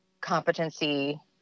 competency